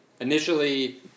initially